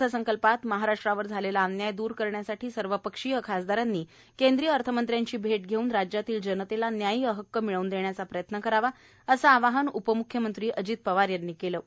अर्थसंकल्पात महाराष्ट्रावर झालेला अन्याय दूर करण्यासाठी सर्वपक्षीय खासदारांनी केंद्रीय अर्थमंत्र्यांची भेट घेऊन राज्यातील जनतेला न्याय्य हक्क मिळवून देण्याचा प्रयत्न करावा असे आवाहन उपम्ख्यमंत्री अजित पवार यांनी केले आहे